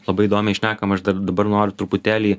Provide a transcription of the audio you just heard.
labai įdomiai šnekam aš dar dabar noriu truputėlį